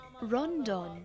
Rondon